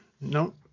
No